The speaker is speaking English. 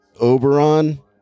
Oberon